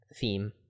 theme